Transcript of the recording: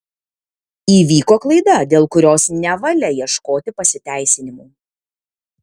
įvyko klaida dėl kurios nevalia ieškoti pasiteisinimų